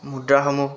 মুদ্ৰাসমূহ